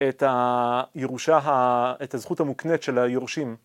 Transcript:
את הירושה, את הזכות המוקנית של היורשים.